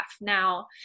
Now